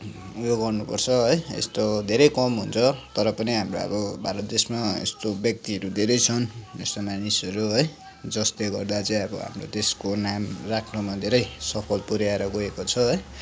उयो गर्नुपर्छ है यस्तो धेरै कम हुन्छ तर पनि हाम्रो अब भारत देशमा यस्तो व्यक्तिहरू धेरै छन् यस्तो मानिसहरू है जसले गर्दा चाहिँ अब हाम्रो देशको नाम राख्नुमा धेरै सफल पुऱ्याएर गएको छ है